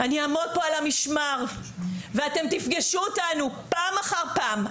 אני אעמוד פה על המשמר ואתם תפגשו אותנו פעם אחר פעם,